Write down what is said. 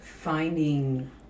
finding